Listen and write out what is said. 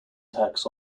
tax